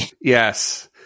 yes